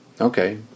okay